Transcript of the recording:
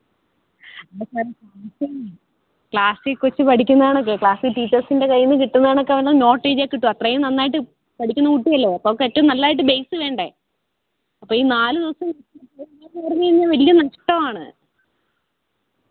അല്ല സാറേ ക്ലാസ്സീന്നേ ക്ലാസ്സി കൊച്ച് പഠിക്കുന്ന കണക്ക് ക്ലാസി ടീച്ചേഴ്സിന്റെ കയ്യിൽ നിന്ന് കിട്ടുന്ന കണക്ക് അവൾ നോട്ടെഴ്തിയാൽ കിട്ടുമോ അത്രേം നന്നായിട്ട് പഠിക്കുന്ന കുട്ടിയല്ലേ അപ്പം അവക്കേറ്റോം നല്ലതായിട്ട് ബേയ്സ്സ് വേണ്ടേ അപ്പം ഈ നാല് ദിവസം പറഞ്ഞ് കഴിഞ്ഞാൽ വലിയ നഷ്ടമാണ്